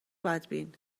بدبین